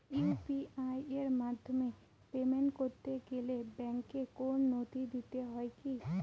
UPI এর মাধ্যমে payment করতে গেলে ব্যাংকের কোন নথি দিতে হয় কি?